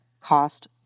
cost